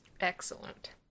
Excellent